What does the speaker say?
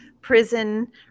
prison